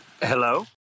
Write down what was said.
Hello